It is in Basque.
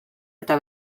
eta